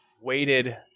waited